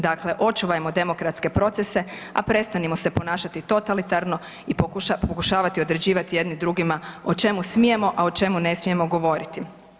Dakle, očuvajmo demokratske procese, a prestanimo se ponašati totalitarno i pokušavati određivati jedni drugima o čemu smijemo a o čemu ne smijemo govoriti.